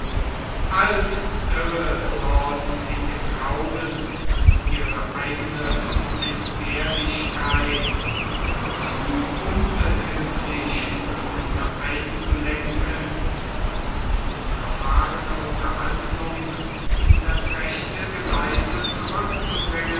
halb irre geworden in dem glauben an ihre eigene unentbehrlichkeit zu unbehilflich um wieder einzulenken und die verfahrene unterhandlung in das rechte geleise zurückzubringen